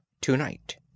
to-night